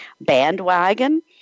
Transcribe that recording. bandwagon